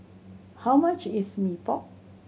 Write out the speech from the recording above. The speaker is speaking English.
how much is Mee Pok